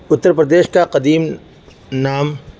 اتر پردیش کا قدیم نام